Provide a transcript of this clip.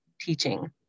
teaching